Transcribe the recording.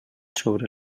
sobre